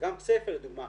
וגם כסייפה לדוגמה,